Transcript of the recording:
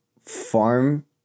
farm